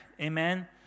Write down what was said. amen